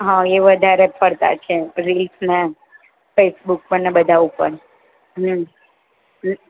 હં એ વધારે પડતાં છે રીલ્સ ને ફેસબુક પરને બધા ઉપર હમ્મ હં